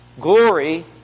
Glory